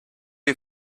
you